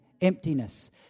emptiness